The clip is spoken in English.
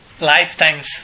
lifetimes